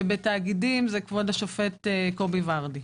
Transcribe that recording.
ובתאגידים זה כבוד השופט קובי ורדי.